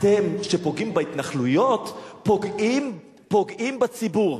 אתם, שפוגעים בהתנחלויות, פוגעים בציבור.